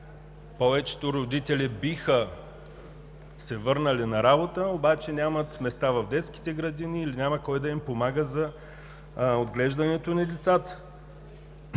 повечето родители биха се върнали на работа, обаче нямат места в детските градини или няма кой да им помага за отглеждането на децата.